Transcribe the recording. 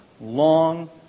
long